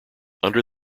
under